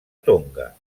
tonga